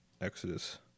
Exodus